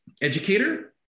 educator